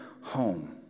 home